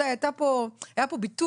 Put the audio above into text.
היה פה ביטוי